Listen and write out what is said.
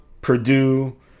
Purdue